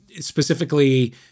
Specifically